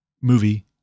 movie